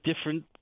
different